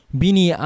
bini